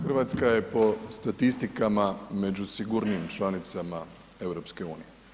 Hrvatska je po statistikama među sigurnijim članicama EU.